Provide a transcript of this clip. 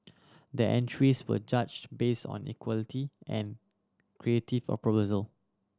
the entries were judged based on equality and creative of proposal